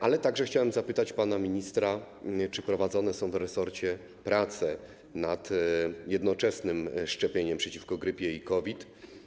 Ale także chciałem zapytać pana ministra: Czy prowadzone są w resorcie prace nad jednoczesnym szczepieniem przeciwko grypie i COVID?